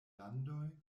landoj